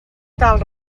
tal